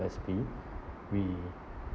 S_P we